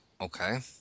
Okay